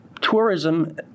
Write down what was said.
tourism